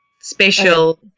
special